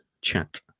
chat